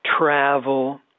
travel